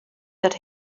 that